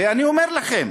ואני אומר לכם,